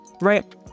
right